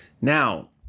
now